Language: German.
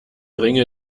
ringe